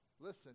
listen